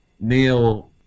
Neil